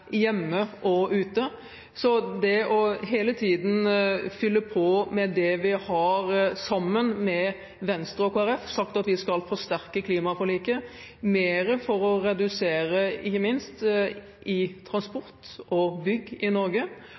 hjemme og ute. Det handler om hele tiden å fylle på med det vi, sammen med Venstre og Kristelig Folkeparti, har sagt om at vi skal forsterke klimaforliket mer for å redusere utslippene, ikke minst innenfor transport og bygg i Norge,